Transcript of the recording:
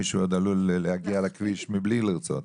מישהו עוד עלול להגיע לכביש מבלי לרצות.